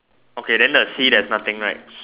okay then the sea there's nothing right